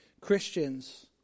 Christians